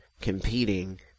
competing